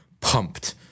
pumped